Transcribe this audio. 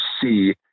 see